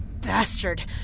bastard